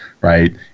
right